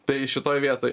tai šitoj vietoj